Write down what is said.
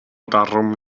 darum